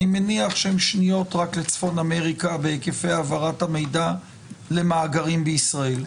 אני מניח שהם שניות רק לצפון אמריקה בהיקפי העברת המידע למאגרים בישראל,